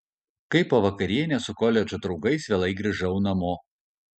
kai po vakarienės su koledžo draugais vėlai grįžau namo